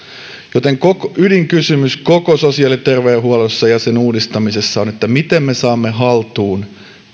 joten ydinkysymys koko sosiaali ja terveydenhuollossa ja sen uudistamisessa on miten me saamme haltuun